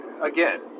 again